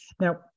now